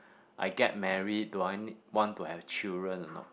I get married do I need want to have children or not